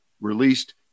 released